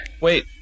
Wait